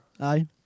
Aye